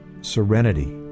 serenity